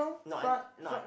no I no I